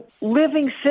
living